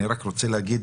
אני רק רוצה להגיד